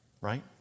right